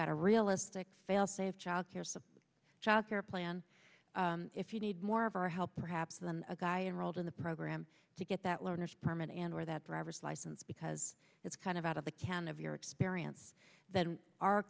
got a realistic fail safe childcare so childcare plan if you need more of our help perhaps than a guy enrolled in the program to get that learners permit and where that driver's license because it's kind of out of the can of your experience that in our